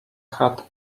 had